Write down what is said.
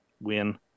win